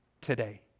today